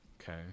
Okay